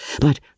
But